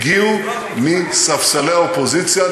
הגיעו מספסלי האופוזיציה,